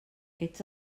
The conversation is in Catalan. ets